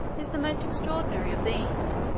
is the most extraordinary of these.